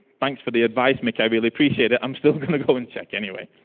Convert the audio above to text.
thanks for the advice mick i really appreciate it. i'm still gonna go and check anyway.